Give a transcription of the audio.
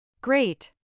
Great